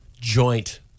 joint